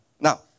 Now